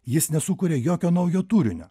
jis nesukuria jokio naujo turinio